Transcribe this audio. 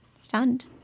stunned